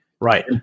right